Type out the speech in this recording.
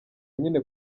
nyine